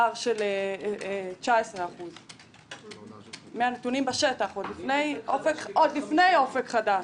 היה פער של 19%. עוד לפני "אופק חדש",